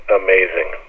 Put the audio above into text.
amazing